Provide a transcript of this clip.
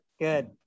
good